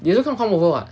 you don't go and come over [what]